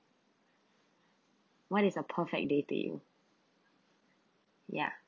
what is a perfect day to you ya